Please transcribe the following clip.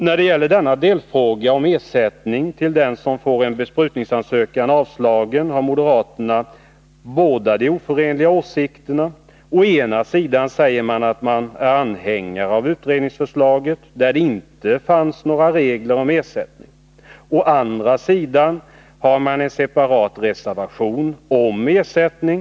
När det gäller denna delfråga om ersättning till den som får en besprutningsansökan avslagen har moderaterna båda de oförenliga åsikterna: å ena sidan säger man sig vara anhängare av utredningsförslaget, där det inte finns några regler om ersättning, å andra sidan har man en separat reservation om ersättning.